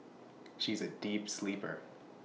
she is A deep sleeper